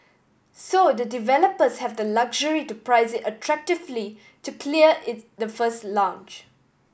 so the developers have the luxury to price attractively to clear the first launch